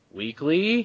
weekly